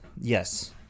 Yes